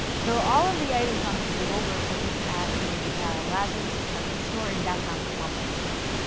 so all of the items on this table were purchased at the lazarus department store in downtown columbus.